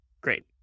Great